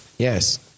Yes